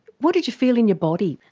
what did you feel in your body?